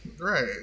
Right